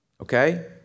Okay